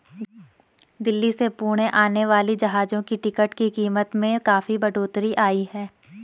दिल्ली से पुणे आने वाली जहाजों की टिकट की कीमत में काफी बढ़ोतरी आई है